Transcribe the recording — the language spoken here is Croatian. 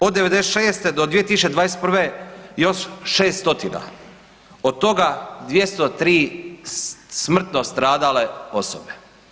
Od '96. do 2021. još 600 od toga 203 smrtno stradale osobe.